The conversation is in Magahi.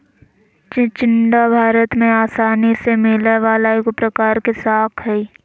चिचिण्डा भारत में आसानी से मिलय वला एगो प्रकार के शाक हइ